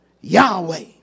Yahweh